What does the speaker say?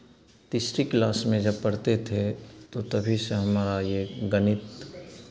तीसरी क्लास में जब पढ़ते थे तो तभी से हमारा ये गणित